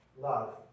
love